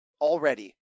already